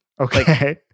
Okay